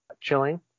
chilling